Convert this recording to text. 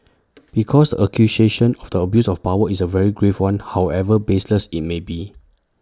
because the accusation of the abuse of power is A very grave one however baseless IT may be